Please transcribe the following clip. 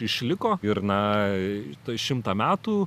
išliko ir na tai šimtą metų